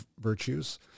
virtues